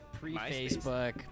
pre-Facebook